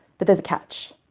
but there's a catch.